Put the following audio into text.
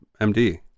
MD